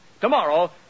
Tomorrow